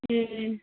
ए